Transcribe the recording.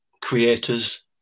creators